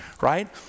right